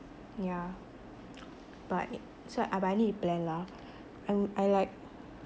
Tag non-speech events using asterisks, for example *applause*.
yeah *noise* but so but I need to plan lah I wou~ I like